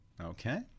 Okay